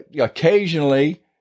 occasionally